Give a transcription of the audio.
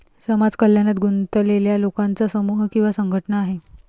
समाज कल्याणात गुंतलेल्या लोकांचा समूह किंवा संघटना आहे